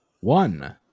One